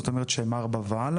זאת אומרת שהם 4 והלאה,